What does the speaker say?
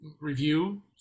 review